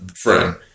friend